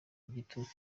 igitutu